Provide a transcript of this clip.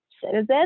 citizen